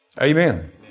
Amen